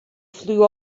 flew